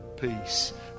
peace